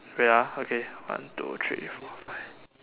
wait ah okay one two three four five